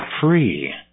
free